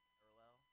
parallel